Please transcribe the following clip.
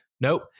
Nope